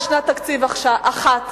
על שנת תקציב אחת,